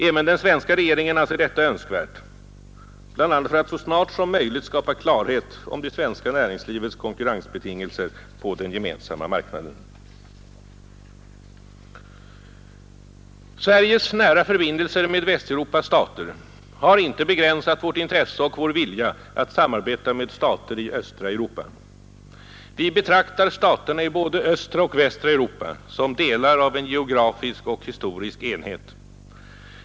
Även den svenska regeringen anser detta önskvärt för att så snart som möjligt skapa klarhet om det svenska näringslivets konkurrensbetingelser på den gemensamma marknaden. Sveriges nära förbindelser med Västeuropas stater har inte begränsat vårt intresse och vår vilja att samarbeta med stater i östra Europa. Vi betraktar staterna i både östra och västra Europa som delar av en geografisk och historisk enhet.